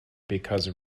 because